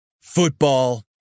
Football